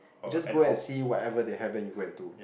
it's just go and see whatever they have then you go and do